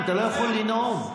אני רוצה לחזור על ההסבר.